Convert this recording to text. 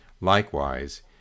Likewise